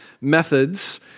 methods